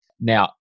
Now